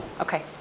Okay